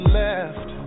left